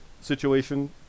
situation